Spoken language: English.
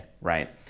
right